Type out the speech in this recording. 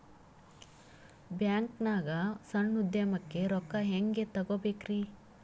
ಬ್ಯಾಂಕ್ನಾಗ ಸಣ್ಣ ಉದ್ಯಮಕ್ಕೆ ರೊಕ್ಕ ಹೆಂಗೆ ತಗೋಬೇಕ್ರಿ?